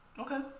okay